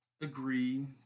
agree